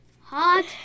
hot